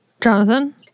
Jonathan